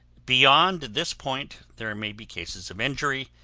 beyond this point there may be cases of injury,